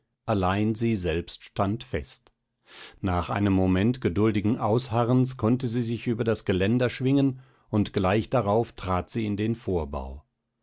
allein sie selbst stand fest nach einem moment geduldigen ausharrens konnte sie sich über das geländer schwingen und gleich darauf trat sie in den vorbau